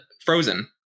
Frozen